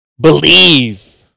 believe